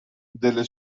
delle